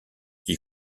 qui